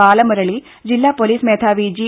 ബാലമുരളി ജില്ലാ പൊലീസ് മേധാവി ജി